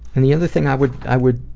and the other thing i would i would